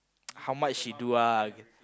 how much she do ah